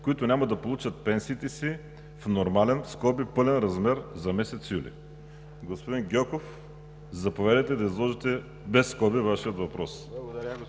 които няма да получат пенсиите си в нормален (пълен) размер за месец юли. Господин Гьоков, заповядайте да изложите без скоби Вашия въпрос.